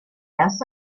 das